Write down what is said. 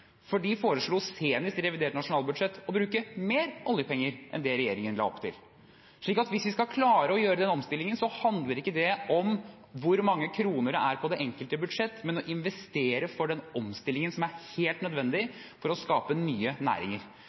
problem. De foreslo senest i revidert nasjonalbudsjett å bruke mer oljepenger enn det regjeringen la opp til. Hvis vi skal klare å gjøre den omstillingen, handler det ikke om hvor mange kroner det er på det enkelte budsjett, men om å investere for den omstillingen som er helt nødvendig for å skape nye næringer.